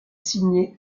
signée